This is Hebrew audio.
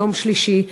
ביום שלישי,